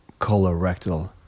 colorectal